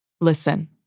Listen